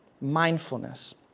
Mindfulness